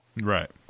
right